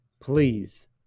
please